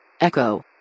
Echo